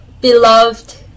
beloved